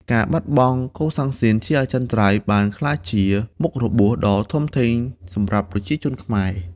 ការបាត់បង់កូសាំងស៊ីនជាអចិន្ត្រៃយ៍បានក្លាយជាមុខរបួសដ៏ធំធេងសម្រាប់ប្រជាជនខ្មែរ។